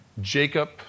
Jacob